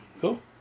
cool